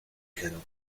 canon